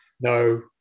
No